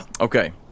Okay